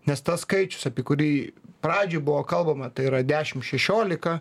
nes tas skaičius apie kurį pradžioj buvo kalbama tai yra dešim šešiolika